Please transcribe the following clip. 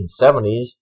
1970s